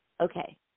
okay